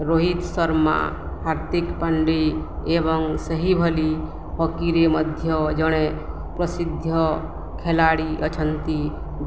ରୋହିତ ଶର୍ମା ହାର୍ଦିକ ପାଣ୍ଡି ଏବଂ ସେହିଭଳି ହକିରେ ମଧ୍ୟ ଜଣେ ପ୍ରସିଦ୍ଧ ଖେଳାଳୀ ଅଛନ୍ତି